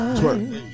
twerk